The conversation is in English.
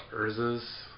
Urza's